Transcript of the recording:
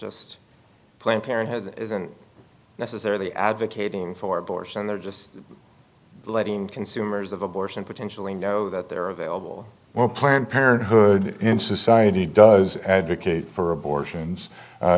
just planned parenthood isn't necessarily advocating for abortion they're just letting consumers of abortion potentially know that they're available for planned parenthood in society does advocate for abortions a